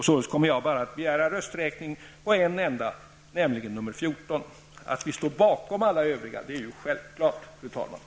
Således kommer jag att begära rösträkning bara på en enda, nämligen nr 14. Att vi står bakom alla våra övriga reservationer är självklart, fru talman.